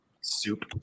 soup